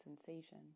sensation